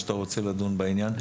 שאתה רוצה לדון בעניין.